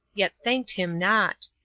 yet thanked him not.